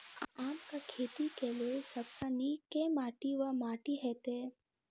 आमक खेती केँ लेल सब सऽ नीक केँ माटि वा माटि हेतै?